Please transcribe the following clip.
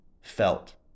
felt